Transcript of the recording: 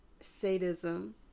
sadism